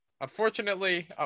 unfortunately